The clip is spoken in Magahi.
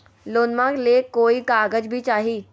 लोनमा ले कोई कागज भी चाही?